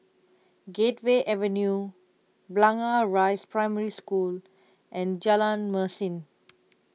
Gateway Avenue Blangah Rise Primary School and Jalan Mesin